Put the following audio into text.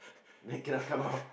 then cannot come out